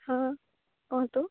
ହଁ କୁହନ୍ତୁ